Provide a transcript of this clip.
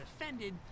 offended